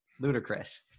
ludicrous